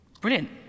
Brilliant